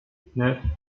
neuf